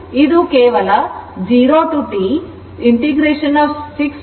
ಇದು ಕೇವಲ 0 to T 6 5 sin ω tdt ಗೆ ಸಮಾನವಾಗಿರುತ್ತದೆ